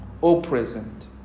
all-present